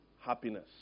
happiness